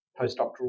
postdoctoral